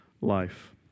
life